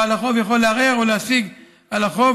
בעל החוב יכול לערער או להשיג על החוב,